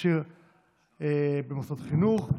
תכשיר במוסדות חינוך,